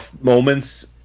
moments